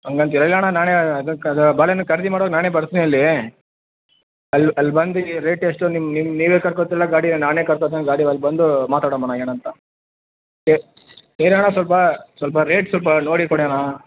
ಹಂಗೆ ಅಂತೀರ ಇಲ್ಲ ಅಣ್ಣ ನಾನೇ ಅದಕ್ಕೆ ಅದು ಬಾಳೆಹಣ್ಣು ಖರೀದಿ ಮಾಡೋ ನಾನೇ ಬರ್ತಿನಲ್ಲಿ ಅಲ್ಲು ಅಲ್ಲಿ ಬಂದು ರೇಟ್ ಎಷ್ಟು ನಿಮ್ಮ ನಿಮ್ಮ ನೀವೇ ಕರ್ಕೋತಿಲ್ಲ ಗಾಡಿ ನಾನೇ ಕರ್ಕೊಳ್ತೀನಿ ಗಾಡಿ ಒಳಗೆ ಬಂದೂ ಮಾತಾಡೋಣಣ್ಣಾ ಎನು ಅಂತ ಏ ಏನಣ್ಣ ಸ್ವಲ್ಪ ಸ್ವಲ್ಪ ರೇಟ್ ಸ್ವಲ್ಪ ನೋಡಿ ಕೊಡಿ ಅಣ್ಣ